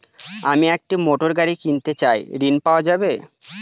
আমি একটি মোটরগাড়ি কিনতে চাই ঝণ পাওয়া যাবে?